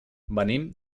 venim